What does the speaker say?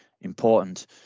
important